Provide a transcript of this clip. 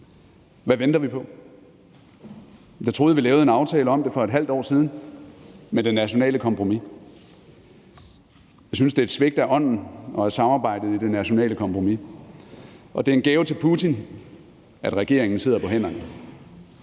Hvad venter vi på? Jeg troede, vi lavede en aftale om det for et halvt år siden med det nationale kompromis. Jeg synes, det er et svigt af ånden og af samarbejdet i det nationale kompromis, og det er en gave til Putin, at regeringen sidder på hænderne.